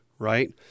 right